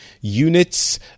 units